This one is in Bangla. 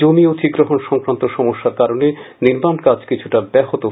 অমি অধিগ্রহণ সংক্রান্ত সমস্যার কারণে নির্মান কাজ কিছুটা ব্যাহত হয়েছে